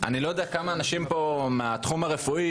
אני לא יודע כמה אנשים פה מהתחום הרפואי